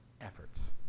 efforts